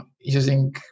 using